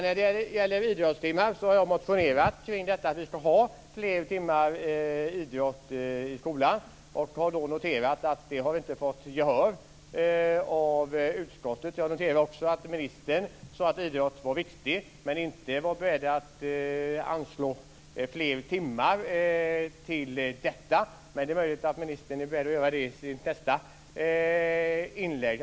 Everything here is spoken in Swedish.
När det gäller idrottstimmar har jag motionerat om att vi ska ha fler timmar idrott i skolan och då noterat att detta inte har fått gehör hos utskottet. Jag noterar också att ministern sade att idrott var viktigt men inte var beredd att anslå fler timmar till detta. Men det är möjligt att ministern är beredd att göra det i sitt nästa inlägg.